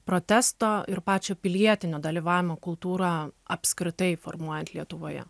protesto ir pačią pilietinio dalyvavimo kultūrą apskritai formuojant lietuvoje